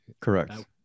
Correct